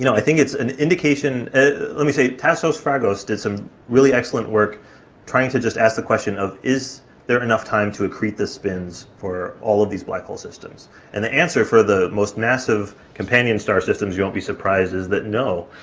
you know i think it's an indication let me say, tassos fragos did some really excellent work trying to just ask the question of is there enough time to accrete the spins for all of these black hole systems and the answer for the most massive companion star systems, you won't be surprised, is that no,